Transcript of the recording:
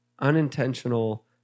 unintentional